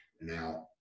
Now